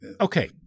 okay